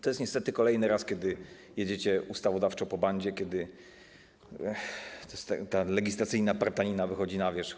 To jest niestety kolejny raz, kiedy jedziecie ustawodawczo po bandzie, kiedy ta legislacyjna partanina wychodzi na wierzch.